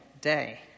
day